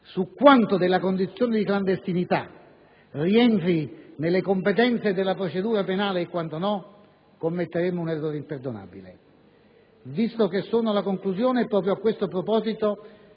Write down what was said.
su quanto della condizione di clandestinità rientri nelle competenze della procedura penale e quanto no, si commetterebbe un errore imperdonabile. Visto che sono alla conclusione, proprio a questo proposito,